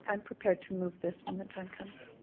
um prepared to move this when the time comes.